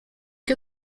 qué